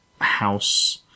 house